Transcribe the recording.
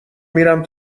میرم